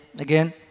again